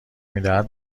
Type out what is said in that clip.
میدهد